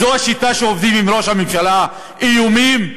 זאת השיטה שעובדים עם ראש הממשלה, איומים?